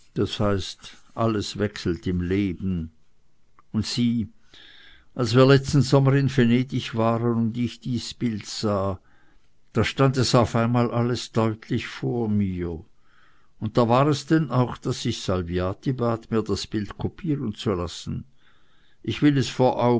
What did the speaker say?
das heißt alles wechselt im leben und sieh als wir letzten sommer in venedig waren und ich dies bild sah da stand es auf einmal alles deutlich vor mir und da war es denn auch daß ich salviati bat mir das bild kopieren zu lassen ich will es